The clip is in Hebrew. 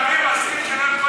מהסניף שלהם,